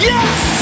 Yes